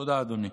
תודה, אדוני.